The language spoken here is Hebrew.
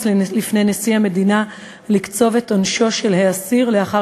לפני נשיא המדינה לקצוב את עונשו של האסיר לאחר